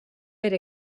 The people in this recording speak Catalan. per